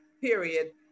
period